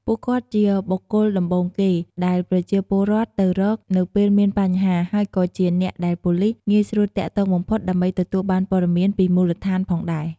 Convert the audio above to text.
ពួកគាត់ជាបុគ្គលដំបូងគេ ដែលប្រជាពលរដ្ឋទៅរកនៅពេលមានបញ្ហា ហើយក៏ជាអ្នកដែលប៉ូលីសងាយស្រួលទាក់ទងបំផុតដើម្បីទទួលបានព័ត៌មានពីមូលដ្ឋានផងដែរ។